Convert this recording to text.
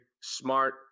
smart